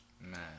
Man